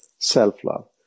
Self-love